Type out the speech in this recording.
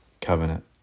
covenant